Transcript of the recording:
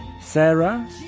Sarah